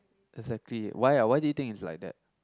exactly why ah why do you think it's like that